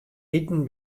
iten